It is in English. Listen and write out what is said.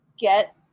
get